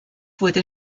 wurde